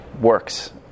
works